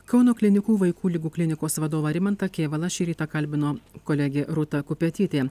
kauno klinikų vaikų ligų klinikos vadovą rimantą kėvalą šį rytą kalbino kolegė rūta kupetytė